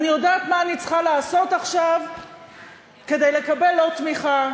אני יודעת מה אני צריכה לעשות עכשיו כדי לקבל עוד תמיכה.